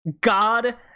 God